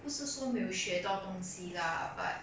不是说学到东西 lah but